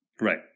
Right